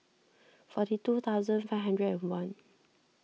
forty two thousand five hundred and one